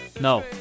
No